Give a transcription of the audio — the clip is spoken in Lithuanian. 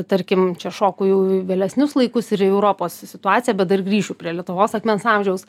tarkim čia šoku jau į į vėlesnius laikus ir į europos situaciją bet dar grįšiu prie lietuvos akmens amžiaus